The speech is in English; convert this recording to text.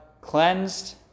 cleansed